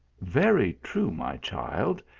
very true, my child,